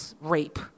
rape